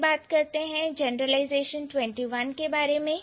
आगे बढ़ते हैं जनरलाइजेशन 21के बारे में